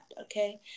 okay